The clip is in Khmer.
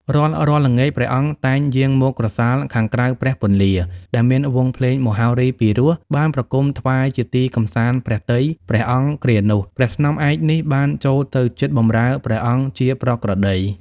រាល់ៗ ល្ងាច ព្រះអង្គតែងយាងមកក្រសាលខាងក្រៅព្រះពន្លា ដែលមានវង់ភ្លេងមហោរីពីរោះ បានប្រគំុថ្វាយជាទីកម្សាន្តព្រះទ័យព្រះអង្គគ្រានោះ ព្រះស្នំឯកនេះបានចូលទៅជិតបម្រើព្រះអង្គជាប្រក្រតី ។